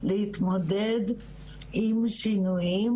להתמודד עם שינויים,